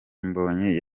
mbonyi